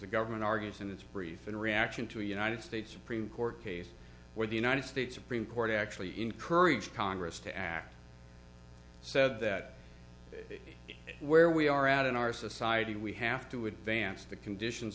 the government argues in its brief in reaction to a united states supreme court case where the united states supreme court actually encouraged congress to act said that that is where we are at in our society we have to advance the conditions